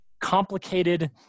complicated